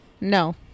no